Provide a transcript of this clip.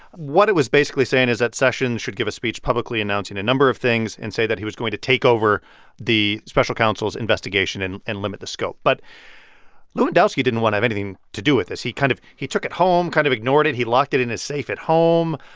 what it was basically saying is that sessions should give a speech publicly announcing a number of things and say that he was going to take over the special counsel's investigation and and limit the scope but lewandowski didn't want to have anything to do with this. he kind of he took it home, kind of ignored it. he locked it in his safe at home,